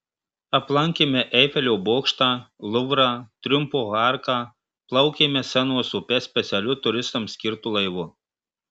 aplankėme eifelio bokštą luvrą triumfo arką plaukėme senos upe specialiu turistams skirtu laivu